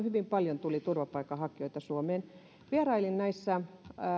hyvin paljon tuli turvapaikanhakijoita suomeen vierailin näissä